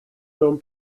mewn